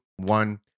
One